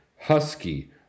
Husky